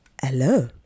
Hello